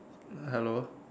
hello